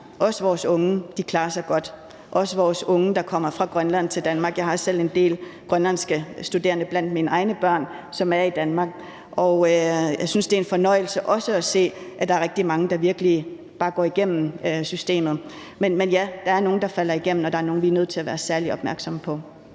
også vores unge, klarer sig godt – også vores unge, der kommer fra Grønland til Danmark. Jeg kender selv en del grønlandske studerende også fra mine egne børn, som er i Danmark, og jeg synes, det er en fornøjelse også at se, at der er rigtig mange, der virkelig bare går igennem systemet. Men ja, der er nogle, der falder igennem, og der er nogle, vi er nødt til at være særlig opmærksomme på.